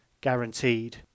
guaranteed